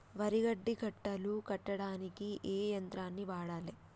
వరి గడ్డి కట్టలు కట్టడానికి ఏ యంత్రాన్ని వాడాలే?